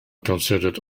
considered